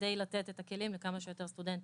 כדי לתת את הכלים לכמה שיותר סטודנטים.